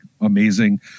amazing